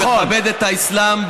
אני מכבד את האסלאם,